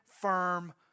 firm